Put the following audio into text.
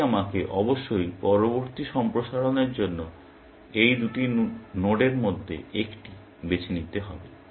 তাই আমাকে অবশ্যই পরবর্তী সম্প্রসারণের জন্য এই দুটি নোডের মধ্যে একটি বেছে নিতে হবে